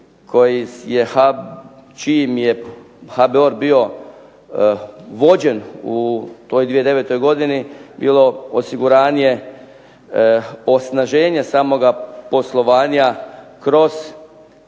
čijim je HBOR bio vođen u toj 2009. godini bilo osiguranje osnaženja samoga poslovanja kroz